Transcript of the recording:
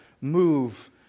move